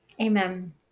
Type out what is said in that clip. Amen